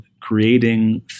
creating